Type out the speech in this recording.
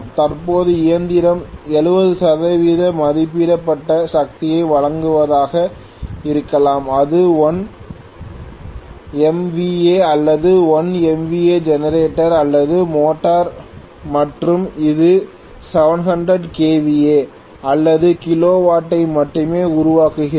தற்போது இயந்திரம் 70 சதவீத மதிப்பிடப்பட்ட சக்தியை வழங்குவதாக இருக்கலாம் இது 1 MVA அல்லது 1 MVA ஜெனரேட்டர் அல்லது மோட்டார் மற்றும் அது 700 KVA அல்லது கிலோவாட்டை மட்டுமே உருவாக்குகிறது